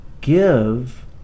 give